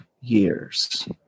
years